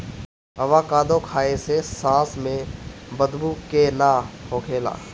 avocado खाए से सांस में बदबू के ना होखेला